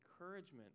encouragement